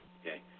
okay